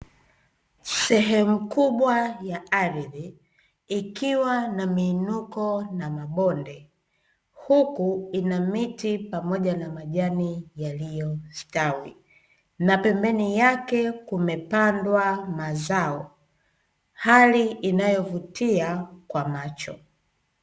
Sehemu kubwa ya ardhi ikiwa na miinuko na mabonde, huku ina miti pamoja na majani yaliyostawi na pembeni yake kumepandwa mazao hali inayovutia kwa macho.